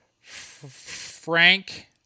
Frank